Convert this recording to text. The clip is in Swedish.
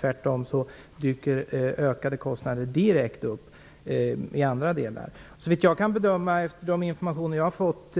Tvärtom leder det direkt till ökade kostnader i andra delar. Såvitt jag kan bedöma av de informationer som jag har fått